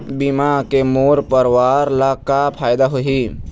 बीमा के मोर परवार ला का फायदा होही?